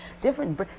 different